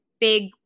big –